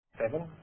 Seven